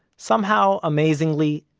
somehow, amazingly,